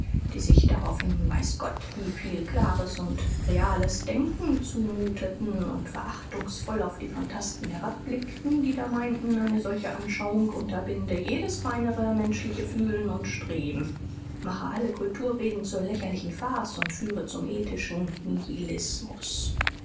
die sich daraufhin weiß gott wie viel klares u reales denken zumuteten u verachtungsvoll auf die phantasten herabblickten die da meinten eine solche anschauung unterbinde jedes feinere menschliche fühlen u streben mache alle kulturreden zur lächerlichen farce u führe zum ethischen